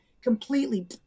completely